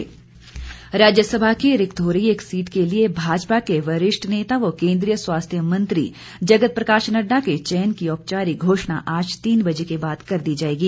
नडुडा राज्यसभा की रिक्त हो रही एक सीट के लिए भाजपा के वरिष्ठ नेता व केंद्रीय स्वास्थ्य मंत्री जगत प्रकाश नड़डा के चयन की औपचारिक घोषणा आज तीन बजे के बाद कर दी जाएगी